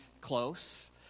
close